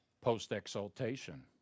post-exaltation